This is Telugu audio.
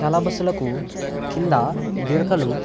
చాలా బస్సులకు కింద గిరకలు